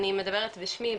אני מדברת בשמי,